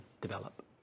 develop